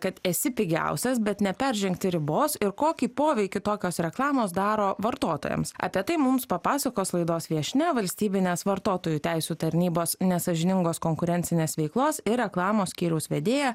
kad esi pigiausias bet neperžengti ribos ir kokį poveikį tokios reklamos daro vartotojams apie tai mums papasakos laidos viešnia valstybinės vartotojų teisių tarnybos nesąžiningos konkurencinės veiklos ir reklamos skyriaus vedėja